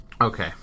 Okay